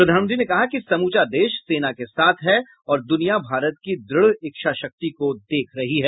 प्रधानमंत्री ने कहा कि समूचा देश सेना के साथ है और दुनिया भारत की दृढ़ इच्छाशक्ति को देख रही है